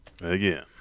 Again